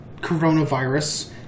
coronavirus